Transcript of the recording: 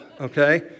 okay